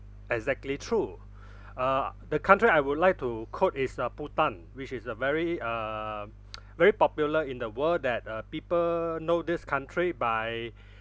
exactly true uh the country I would like to quote is uh bhutan which is a very err very popular in the world that uh people know this country by